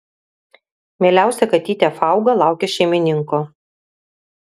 mieliausia katytė fauga laukia šeimininko